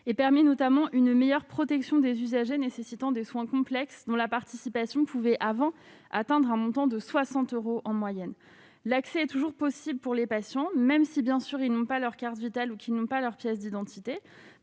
et permet notamment une meilleure protection des usagers nécessitant des soins complexes dont la participation pouvait avant d'atteindre un montant de 60 euros en moyenne, l'accès est toujours possible pour les patients, même si, bien sûr, ils n'ont pas leur carte vitale ou qui n'ont pas leur pièce d'identité